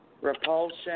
repulsion